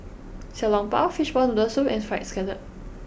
Xiao Long Bao Fishball Noodle Soup and Fried Scallop